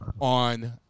on